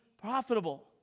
profitable